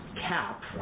cap